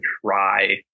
try